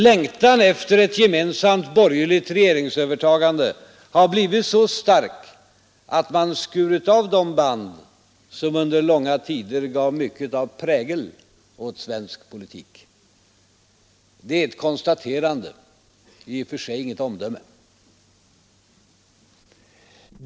Längtan efter ett gemensamt borgerligt regeringsövertagande har blivit så stark att man skurit av de band som under långa tider gav mycket av prägel åt svensk politik. Det är ett konstaterande, i och för sig inget omdöme.